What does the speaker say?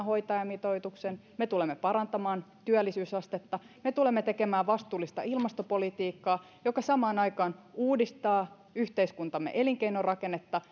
hoitajamitoituksen me tulemme parantamaan työllisyysastetta me tulemme tekemään vastuullista ilmastopolitiikkaa joka samaan aikaan uudistaa yhteiskuntamme elinkeinorakennetta